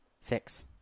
Six